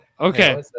Okay